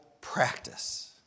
practice